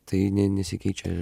tai ne nesikeičia